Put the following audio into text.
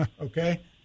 okay